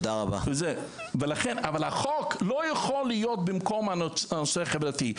אבל החוק לא יכול להיות במקום הנושא החברתי,